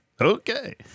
Okay